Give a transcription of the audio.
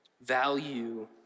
Value